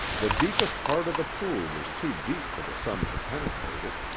the deepest part of the pool was too deep for the sun to penetrate it,